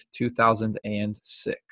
2006